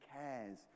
cares